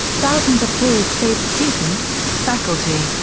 thousands of ball state students, faculty,